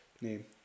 name